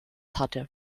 hatte